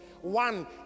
One